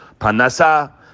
Panasa